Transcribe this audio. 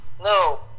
No